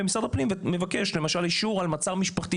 אבל משרד הפנים מבקש אישור על מצב משפחתי,